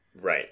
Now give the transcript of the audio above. Right